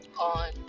on